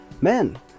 Men